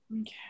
Okay